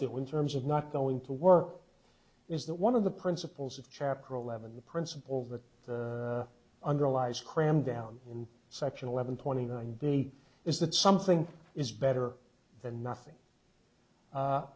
do in terms of not going to work is that one of the principles of chapter eleven the principle that underlies cramdown in section eleven twenty nine b is that something is better than nothing